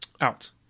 out